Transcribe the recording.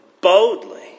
boldly